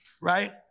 right